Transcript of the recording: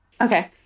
Okay